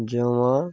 জমা